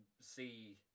see